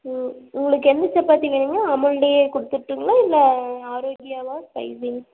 ம் உங்களுக்கு எந்த சப்பாத்தி வேணுங்க அமுல்லியே கொடுத்துட்டுங்களா இல்லை ஆரோக்கியாவா ஸ்பைசி